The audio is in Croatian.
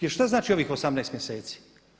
Jer šta znači ovih 18 mjeseci?